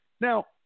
Now